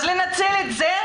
אז לנצל את זה?